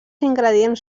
ingredients